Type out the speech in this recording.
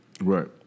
Right